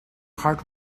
heart